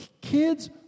kids